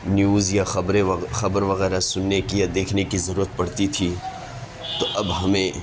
news یا خبریں خبر وغیرہ سننے کی یا دیکھنے کی ضرورت پڑتی تھی تو اب ہمیں